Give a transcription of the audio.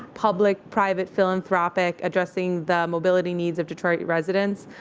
public. private. philanthropic. addressing the mobility needs of detroit residents.